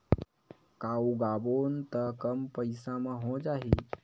का उगाबोन त कम पईसा म हो जाही?